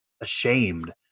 ashamed